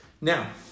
Now